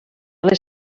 les